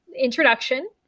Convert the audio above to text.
introduction